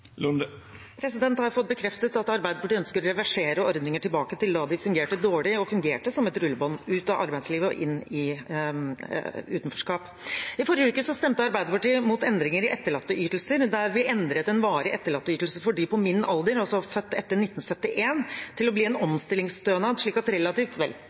har jeg fått bekreftet at Arbeiderpartiet ønsker å reversere ordninger tilbake til da de fungerte dårlig, og fungerte som et rullebånd ut av arbeidslivet og inn i utenforskap. I forrige uke stemte Arbeiderpartiet mot endringer i etterlatteytelser, der vi endret en varig etterlatteytelse for dem på min alder, altså folk født etter 1971, til å bli en omstillingsstønad, slik at relativt